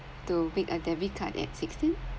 to pick a debit card at sixteen